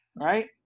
right